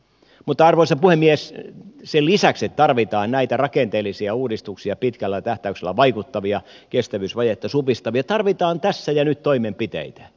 mutta arvoisa puhemies sen lisäksi että tarvitaan näitä rakenteellisia uudistuksia pitkällä tähtäyksellä vaikuttavia kestävyysvajetta supistavia tarvitaan tässä ja nyt toimenpiteitä